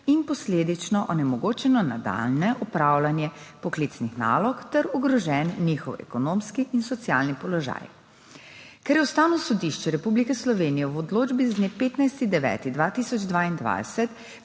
in posledično onemogočeno nadaljnje opravljanje poklicnih nalog ter ogrožen njihov ekonomski in socialni položaj. Ker je Ustavno sodišče Republike Slovenije v odločbi z dne 15. 9. 2022